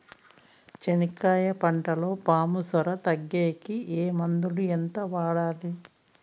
చెనక్కాయ పంటలో పాము సార తగ్గేకి ఏ మందులు? ఎంత వాడాలి?